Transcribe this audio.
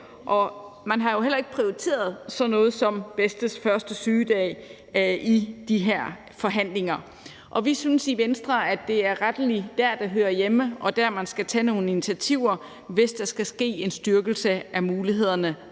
Man har jo heller ikke prioriteret sådan noget som bedstes første sygedag i de her forhandlinger. Vi synes i Venstre, at det rettelig er der, det hører hjemme, og der, man skal tage nogle initiativer, hvis der skal ske en styrkelse af mulighederne